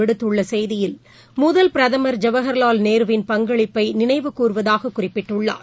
விடுத்தள்ளசெய்தியில் முதல் பிரதமர் ஜவஹா்லால் நேருவின் பங்களிப்பைநினைவு கூறுவதாகக் குறிப்பிட்டுள்ளார்